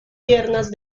piernas